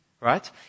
right